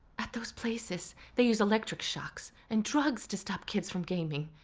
at those places, they use electric shocks and drugs to stop kids from gaming.